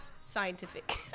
Scientific